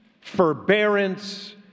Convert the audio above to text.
forbearance